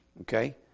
Okay